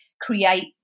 create